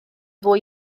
fwy